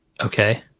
okay